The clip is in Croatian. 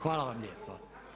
Hvala vam lijepo.